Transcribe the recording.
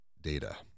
data